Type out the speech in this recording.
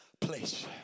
place